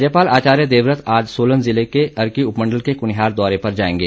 राज्यपाल आचार्य देवव्रत आज सोलन जिले में अर्की उपमण्डल के कुनिहार दौरे पर जाएंगे